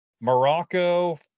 Morocco